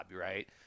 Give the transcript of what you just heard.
right